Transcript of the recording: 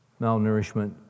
malnourishment